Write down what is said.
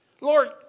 Lord